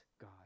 God